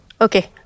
Okay